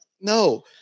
No